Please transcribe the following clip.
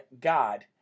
God